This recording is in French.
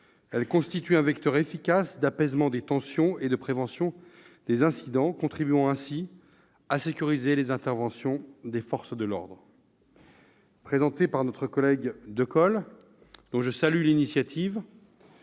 elles constituent un vecteur efficace d'apaisement des tensions et de prévention des incidents, contribuant ainsi à sécuriser les interventions des forces de l'ordre. Présentée par notre collègue Jean-Pierre Decool, dont je salue l'initiative,